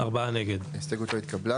הצבעה בעד 3 נגד 4 ההסתייגות לא התקבלה.